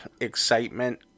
excitement